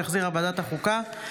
שהחזירה ועדת החוקה,